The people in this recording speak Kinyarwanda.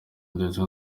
ndetse